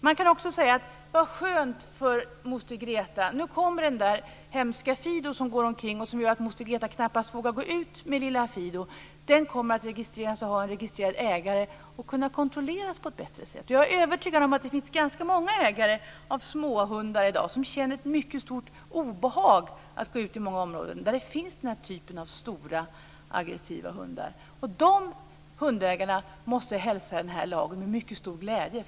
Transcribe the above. Man kan också säga: Så skönt för moster Greta, nu kommer den där hemska Fido, som går omkring och gör att moster Greta knappast vågar gå ut med lilla Fina, att registreras. Han kommer att ha en registrerad ägare och kunna kontrolleras på ett bättre sätt. Jag är övertygad om att det finns ganska många ägare av småhundar som i dag känner ett mycket stort obehag inför att gå ut i många områden där den här typen av stora aggressiva hundar finns. De hundägarna måste hälsa den här lagen med mycket stor glädje.